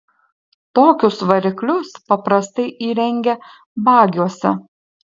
tokius variklius paprastai įrengia bagiuose